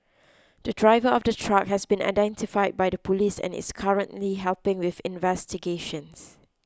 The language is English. the driver of the truck has been identified by the police and is currently helping with investigations